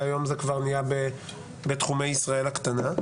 והיום זה כבר נהיה בתחומי ישראל הקטנה.